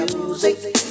music